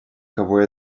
кого